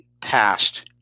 passed